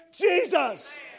Jesus